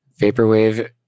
Vaporwave